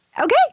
okay